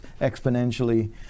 exponentially